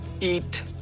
Eat